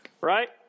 right